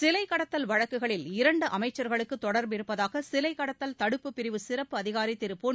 சிலை கடத்தல் வழக்குகளில் இரண்டு அமைச்சர்களுக்கு தொடர்பிருப்பதாக சிலை கடத்தல் தடுப்புப் பிரிவு சிறப்பு அதிகாரி திரு பொன்